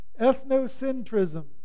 Ethnocentrism